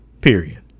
Period